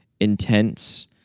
intense